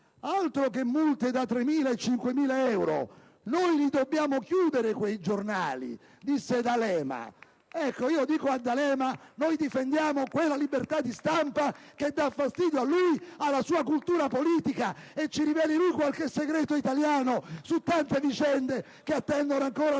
«Altro che multe da 3.000 e 5.000 euro: noi li dobbiamo chiudere quei giornali» disse D'Alema. *(Applausi dai Gruppi PdL e LNP).* Ecco, io dico a D'Alema che noi difendiamo quella libertà di stampa che dà fastidio a lui e alla sua cultura politica. Ci riveli lui qualche segreto italiano su tante vicende che attendono ancora una parola